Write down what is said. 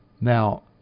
Now